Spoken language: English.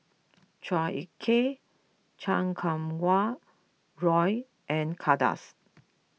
Chua Ek Kay Chan Kum Wah Roy and Kay Das